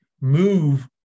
move